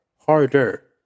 harder